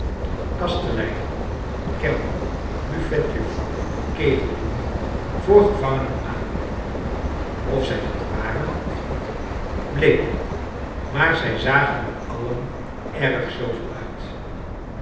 kastelein kellner buffetjuffrouw kegeljongen voor gevangenen aan of zij dat waren of niet bleek niet maar zij zagen er alien erg sjofel uit